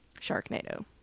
Sharknado